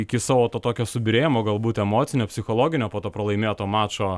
iki savo to tokio subyrėjimo galbūt emocinio psichologinio po to pralaimėto mačo